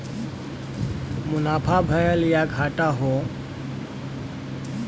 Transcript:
मुनाफा भयल या घाटा हौ